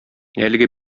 әлеге